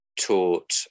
taught